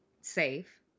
safe